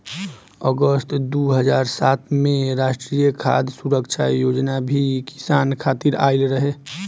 अगस्त दू हज़ार सात में राष्ट्रीय खाद्य सुरक्षा योजना भी किसान खातिर आइल रहे